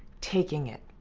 taking it,